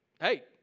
hey